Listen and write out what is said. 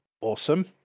awesome